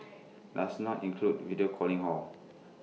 does not include video calling hor